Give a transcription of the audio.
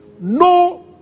no